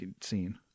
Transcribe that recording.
scene